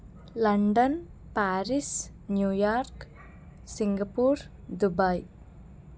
London Paris New York Singapore Dubai